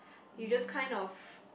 you just kind of